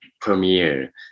premiere